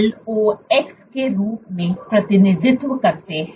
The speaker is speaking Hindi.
LOX के रूप में प्रतिनिधित्व करते हैं